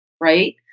right